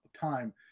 time